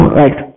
right